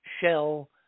shell